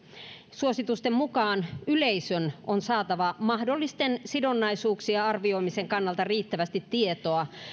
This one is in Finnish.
suositusten mukaan yleisön on saatava mahdollisten sidonnaisuuksien arvioimisen kannalta riittävästi tietoa